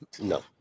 no